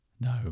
No